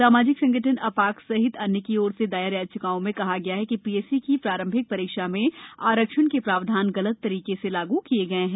सामाजिक संगठन अपाक्स सहित अन्य की ओर से दायर याचिकाओं में कहा गया है कि पीएससी की प्रारंभिक परीक्षा में आरक्षण के प्रावधान गलत तरीके से लागू किए गए हैं